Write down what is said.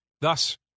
thus